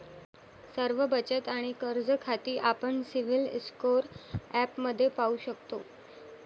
सर्व बचत आणि कर्ज खाती आपण सिबिल स्कोअर ॲपमध्ये पाहू शकतो